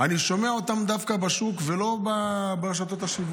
אני שומע אותן דווקא בשוק ולא ברשתות השיווק.